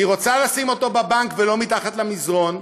היא רוצה לשים אותו בבנק ולא מתחת למזרן,